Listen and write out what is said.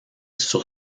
sur